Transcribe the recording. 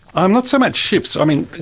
um not so much shifts. i mean,